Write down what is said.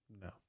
no